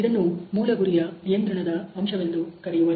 ಇದನ್ನು ಮೂಲ ಗುರಿಯ ನಿಯಂತ್ರಣದ ಅಂಶವೆಂದು ಕರೆಯುವರು